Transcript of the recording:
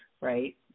right